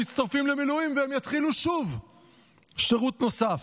שהם מצטרפים למילואים והם יתחילו שוב שירות נוסף.